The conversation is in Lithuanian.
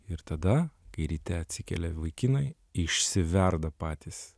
ir tada kai ryte atsikelia vaikinai išsiverda patys